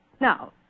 Now